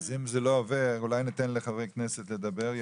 אם זה לא עובר, אולי ניתן לחברי כנסת לדבר.